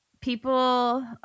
people